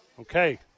Okay